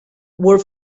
were